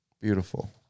beautiful